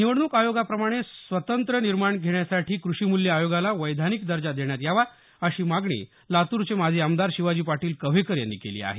निवडणूक आयोगाप्रमाणे स्वतंत्र्य निर्णय घेण्यासाठी कृषीमूल्य आयोगाला वैधानिक दर्जा देण्यात यावा अशी मागणी लातूरचे माजी आमदार शिवाजी पाटील कव्हेकर यांनी केली आहे